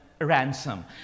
ransom